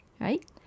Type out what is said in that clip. right